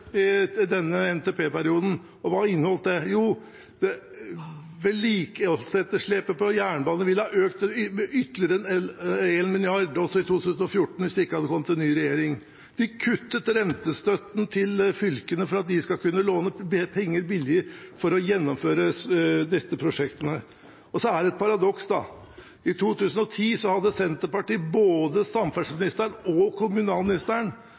i denne NTP-perioden. Og hva inneholdt det? Vedlikeholdsetterslepet på jernbanen ville ha økt med ytterligere en milliard kroner også i 2014 hvis det ikke hadde kommet en ny regjering. De kuttet rentestøtten til fylkene for at de skal kunne låne mer penger billig for å gjennomføre disse prosjektene. Det er et paradoks at i 2010 hadde Senterpartiet både samferdselsministeren og kommunalministeren,